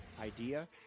idea